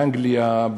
באנגליה,